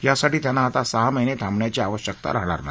यासाठी त्यांना सहा महिने थांबण्याची आवश्यकता राहणार नाही